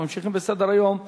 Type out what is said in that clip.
אנחנו ממשיכים בסדר-היום: